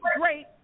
great